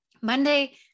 Monday